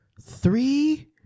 three